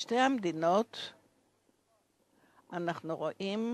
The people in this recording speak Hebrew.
בשתי המדינות אנחנו רואים